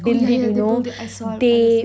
oh yeah yeah they that I saw